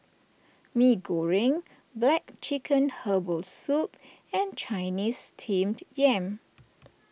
Mee Goreng Black Chicken Herbal Soup and Chinese Steamed Yam